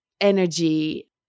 energy